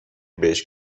بهش